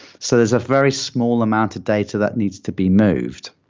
so there's a very small amount of data that needs to be moved.